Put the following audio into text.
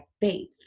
faith